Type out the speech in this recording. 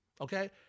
okay